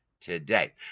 today